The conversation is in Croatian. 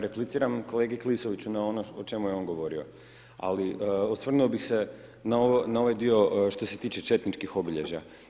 repliciram kolegi Klisoviću na ono o čemu je on govorio, ali osvrnuo bih se na ovaj dio što se tiče četničkih obilježja.